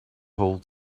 hall